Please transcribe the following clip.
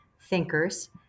thinkers